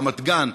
רמת גן,